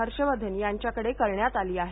हर्षवर्धन यांच्याकडे करण्यात आली आहे